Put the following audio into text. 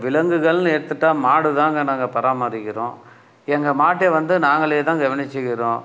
விலங்குகள்ன்னு எடுத்துட்டால் மாடுதாங்க நாங்கள் பராமரிக்கிறோம் எங்கள் மாட்டை வந்து நாங்களே தான் கவனித்துக்கிறோம்